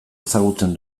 ezagutzen